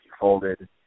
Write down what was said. folded